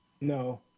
No